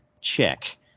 check